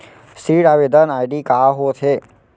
ऋण आवेदन आई.डी का होत हे?